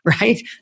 Right